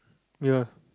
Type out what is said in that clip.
mirror